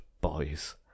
boys